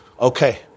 okay